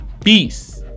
Peace